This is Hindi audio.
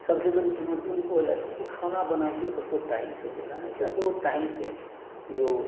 सबसे बरी चुनौती उनको हो जाती है कि खाना बना के सबको टाइम से देना है ताकि वो टाइम से जो